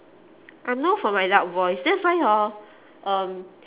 I'm known for my loud voice that's why hor um